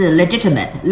legitimate